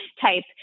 type